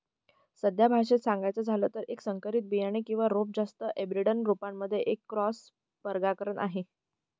साध्या भाषेत सांगायचं झालं तर, एक संकरित बियाणे किंवा रोप जास्त एनब्रेड रोपांमध्ये एक क्रॉस परागकण आहे